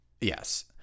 Yes